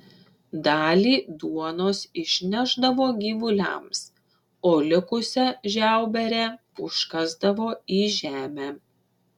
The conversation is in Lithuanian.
dalį duonos išnešdavo gyvuliams o likusią žiauberę užkasdavo į žemę